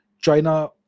China